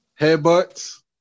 headbutts